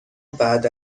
بعد